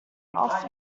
off